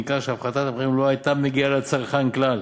ניכר שהפחתת המחירים לא הייתה מגיעה לצרכן כלל.